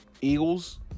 eagles